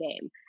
game